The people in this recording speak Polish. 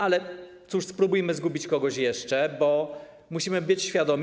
Ale cóż, spróbujmy zgubić kogoś jeszcze, bo musimy być świadomi.